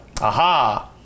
aha